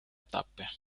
tappe